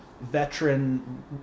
veteran